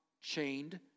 chained